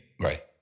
Right